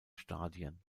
stadien